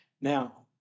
Now